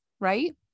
right